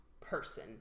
person